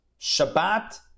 Shabbat